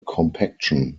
compaction